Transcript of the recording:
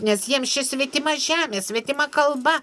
nes jiems čia svetima žemė svetima kalba